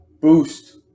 boost